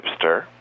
hipster